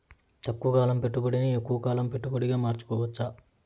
తక్కువ కాలం పెట్టుబడిని ఎక్కువగా కాలం పెట్టుబడిగా మార్చుకోవచ్చా?